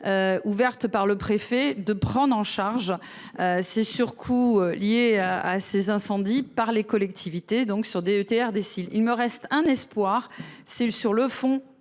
Ouverte par le préfet de prendre en charge. Ces surcoûts liés à ces incendies par les collectivités donc sur DETR décide il me reste un espoir, c'est sur le fond